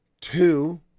Two